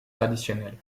traditionnelles